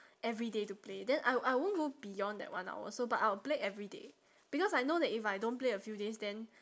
everyday to play then I I won't go beyond that one hour so but I'll play everyday because I know that if I don't play a few days then